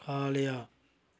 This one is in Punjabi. ਖਾ ਲਿਆ